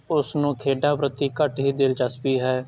ਉਸ ਨੂੰ ਖੇਡਾਂ ਪ੍ਰਤੀ ਘੱਟ ਹੀ ਦਿਲਚਸਪੀ ਹੈ